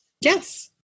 Yes